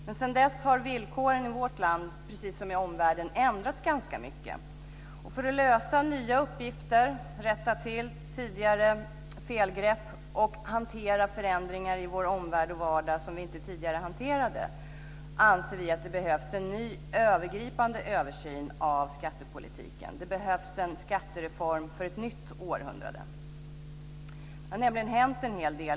Men sedan dess har villkoren i vårt land precis som i omvärlden ändrats ganska mycket. Och för att lösa nya uppgifter, rätta till tidigare felgrepp och hantera förändringar i vår omvärld och vardag som vi tidigare inte hanterade anser vi att det behövs en ny övergripande översyn av skattepolitiken. Det behövs en skattereform för ett nytt århundrade. Det har nämligen hänt en hel del.